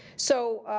so